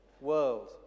world